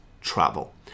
travel